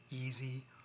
easy